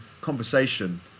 conversation